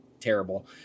terrible